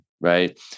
right